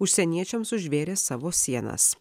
užsieniečiams užvėrė savo sienas